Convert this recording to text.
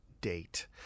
date